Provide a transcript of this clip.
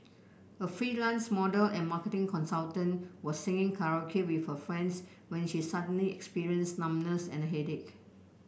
a freelance model and marketing consultant was singing karaoke with her friends when she suddenly experienced numbness and headache